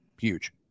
huge